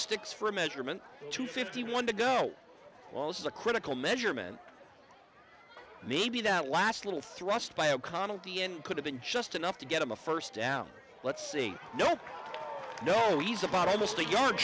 sticks for measurement two fifty one to go also a critical measurement maybe that last little thrust by o'connell the end could have been just enough to get him a first down let's see no no he's about almost a yard